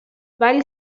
ولی